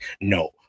No